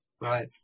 right